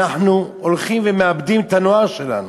אנחנו הולכים ומאבדים את הנוער שלנו.